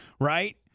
right